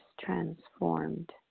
transformed